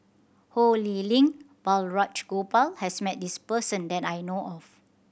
Ho Lee Ling and Balraj Gopal has met this person that I know of